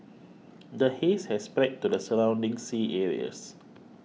the haze has spread to the surrounding sea areas